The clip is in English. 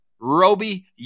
Roby